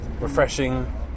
Refreshing